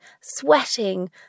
sweating